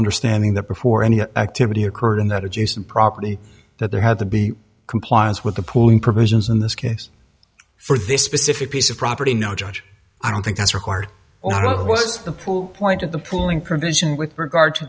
understanding that before any activity occurred in that adjacent property that there had to be compliance with the pooling provisions in this case for this specific piece of property no judge i don't think that's required or worse to pull point at the pooling provision with regard to